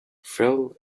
fell